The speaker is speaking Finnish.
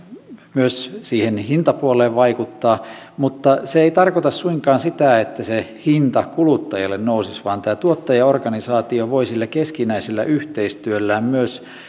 myös siihen hintapuoleen vaikuttaa mutta se ei tarkoita suinkaan sitä että se hinta kuluttajille nousisi vaan tämä tuottajaorganisaatio voi sillä keskinäisellä yhteistyöllään myös